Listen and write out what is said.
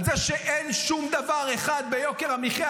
על זה שאין שום דבר אחד ביוקר המחיה,